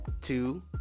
two